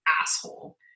asshole